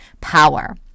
power